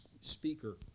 speaker